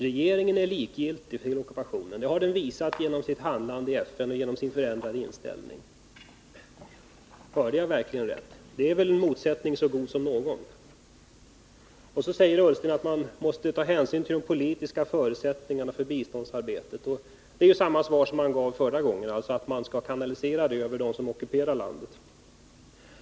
Regeringen är likgiltig för ockupationen — det har den visat genom sin ändrade inställning och sitt handlande i FN. Det är väl en motsättning så god som någon? Ola Ullsten säger att man måste ta hänsyn till de politiska förutsättningarna för biståndsarbetet. Det svaret gav han också förra gången: Man skall kanalisera biståndet via dem som ockuperar landet.